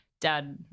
dad